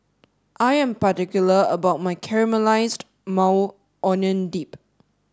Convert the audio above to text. I am particular about my Caramelized Maui Onion Dip